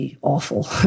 awful